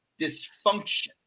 dysfunction